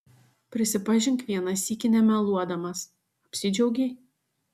prisipažink vieną sykį nemeluodamas apsidžiaugei